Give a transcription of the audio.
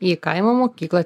į kaimo mokyklą